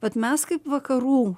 bet mes kaip vakarų